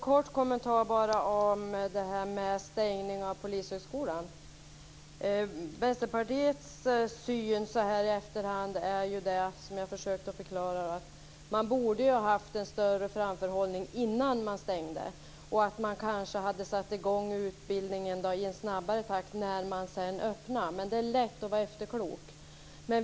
Fru talman! Jag har en kort kommentar om stängningen av Polishögskolan. Vänsterpartiets syn i efterhand är den, som jag försökte förklara, att man borde ha haft en större framförhållning innan man stängde och kanske skulle ha satt i gång utbildningen i snabbare takt när man sedan öppnade. Men det är lätt att vara efterklok.